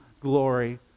glory